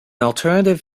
alternative